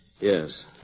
Yes